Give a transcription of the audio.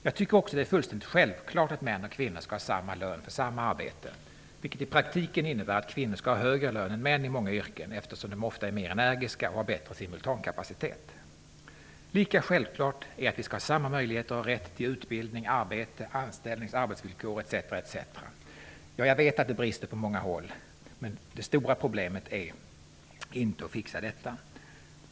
Jag tycker också att det är fullständigt självklart att män och kvinnor skall ha samma lön för samma arbete, vilket i praktiken innebär att kvinnor skall ha högre lön än män i många yrken, eftersom de ofta är mera energiska och har bättre simultankapacitet. Lika självklart är att vi skall ha samma möjligheter och rätt till utbildning, arbete, anställnings och arbetsvillkor etc. Ja, jag vet att detta brister på många håll, men det stora problemet är inte att fixa detta.